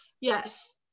Yes